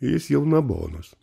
jis jau nabonas